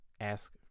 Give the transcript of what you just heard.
ask